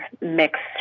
mixed